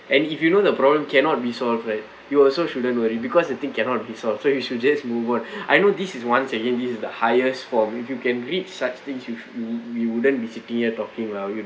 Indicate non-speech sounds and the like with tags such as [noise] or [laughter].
and if you know the problem cannot be solved right you also shouldn't worry because the thing cannot be solved so you should just move on [breath] I know this is once again this is the highest form if you can read such things we we wouldn't be sitting here talking lah